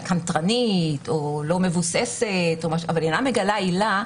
קנטרנית או לא מבוססת אבל אינה מגלה עילה,